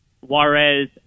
Juarez